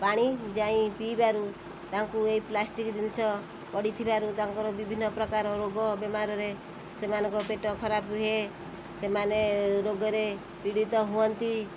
ପାଣି ଯାଇଁ ପିଇବାରୁ ତାଙ୍କୁ ଏଇ ପ୍ଲାଷ୍ଟିକ୍ ଜିନିଷ ପଡ଼ିଥିବାରୁ ତାଙ୍କର ବିଭିନ୍ନ ପ୍ରକାର ରୋଗ ବେମାରରେ ସେମାନଙ୍କ ପେଟ ଖରାପ ହୁଏ ସେମାନେ ରୋଗରେ ପୀଡ଼ିତ ହୁଅନ୍ତି